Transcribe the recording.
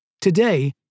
Today